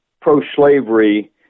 pro-slavery